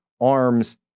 arms